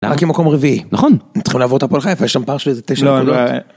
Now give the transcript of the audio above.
רק עם מקום רביעי נכון צריכים לעבור את הפועל חיפה יש שם פער של איזה תשע נקודות.